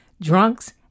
drunks